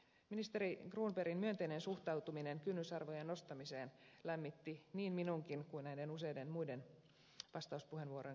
ministeri cronbergin myönteinen suhtautuminen kynnysarvojen nostamiseen lämmitti niin minun kuin useiden muidenkin vastauspuheenvuoron käyttäjien mieltä